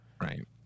Right